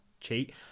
cheat